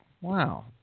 Wow